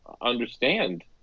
understand